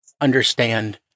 understand